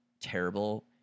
terrible